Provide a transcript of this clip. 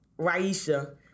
Raisha